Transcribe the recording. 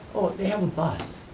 they have a bus.